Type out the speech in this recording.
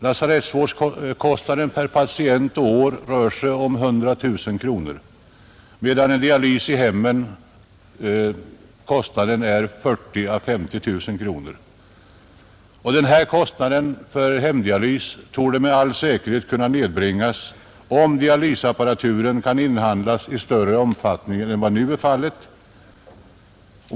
Lasarettsvården kostar per patient ca 100 000 kronor om året, medan hemdialysen kostar 40 000 å 50 000. Denna kostnad för hemdialys torde med säkerhet kunna nedbringas, om dialysapparaturen kan inhandlas i större omfattning än nu.